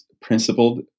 principled